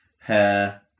hair